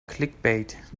clickbait